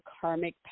karmic